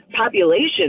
population